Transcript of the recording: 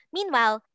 Meanwhile